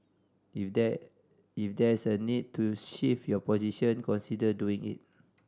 if there if there's a need to shift your position consider doing it